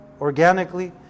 organically